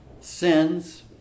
sins